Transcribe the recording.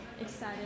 excited